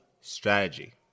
Strategy